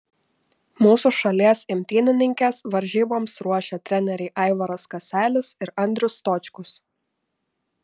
mūsų šalies imtynininkes varžyboms ruošė treneriai aivaras kaselis ir andrius stočkus